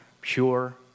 pure